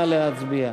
נא להצביע.